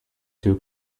too